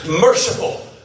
merciful